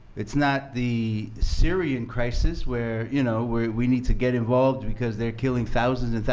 it's not the syrian crisis, where you know where we need to get involved because they're killing thousands and